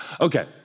Okay